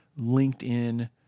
LinkedIn